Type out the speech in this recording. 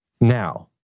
now